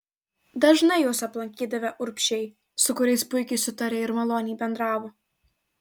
dažnai juos aplankydavę urbšiai su kuriais puikiai sutarė ir maloniai bendravo